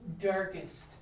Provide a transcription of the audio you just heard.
darkest